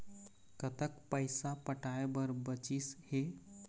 कतक पैसा पटाए बर बचीस हे?